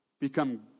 become